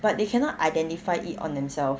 but they cannot identify it on themselves